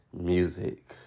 music